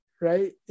right